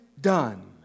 done